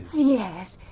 yes.